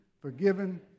Forgiven